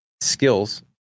skills